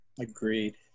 Agreed